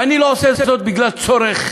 ואני לא עושה זאת בגלל צורך